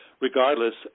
regardless